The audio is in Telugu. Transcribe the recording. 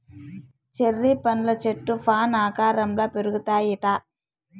చెర్రీ పండ్ల చెట్లు ఫాన్ ఆకారంల పెరుగుతాయిట